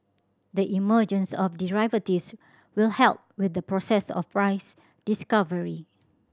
the emergence of derivatives will help with the process of price discovery